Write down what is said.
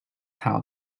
how